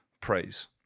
praise